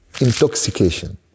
Intoxication